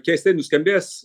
keistai nuskambės